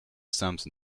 sampson